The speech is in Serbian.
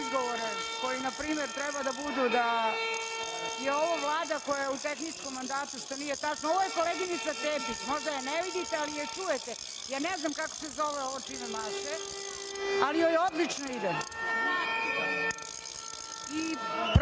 izgovore koji na primer treba da budu da je ovo Vlada koja je u tehničkom mandatu što nije tačno, ovo je koleginica Tepić, možda je ne vidite, ali je čujete, ja ne znam kako se zove ovo čime maše, ali joj odlično ide i prosto